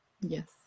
Yes